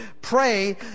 pray